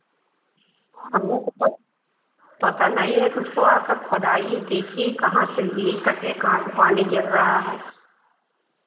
हाँ तो पता पता नहीं है तो उसको आ कर खोदाइए देखिए कहाँ से लिक करती है कहाँ से पानी गिर रहा है